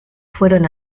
fueron